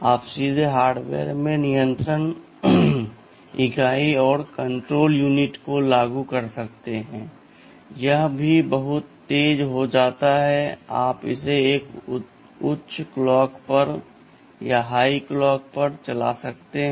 आप सीधे हार्डवेयर में नियंत्रण इकाई को लागू कर सकते हैं यह भी बहुत तेज हो जाता है और आप इसे एक उच्च क्लॉक पर चला सकते हैं